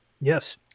Yes